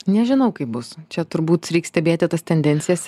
nežinau kaip bus čia turbūt reik stebėti tas tendencija